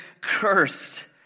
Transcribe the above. cursed